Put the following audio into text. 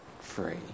free